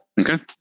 Okay